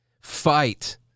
fight